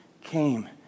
came